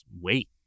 wait